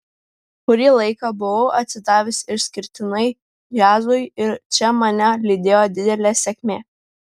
kurį laiką buvau atsidavęs išskirtinai džiazui ir čia mane lydėjo didelė sėkmė